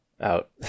out